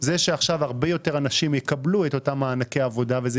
זה שעכשיו הרבה יותר אנשים יקבלו את אותם מענקי עבודה וזה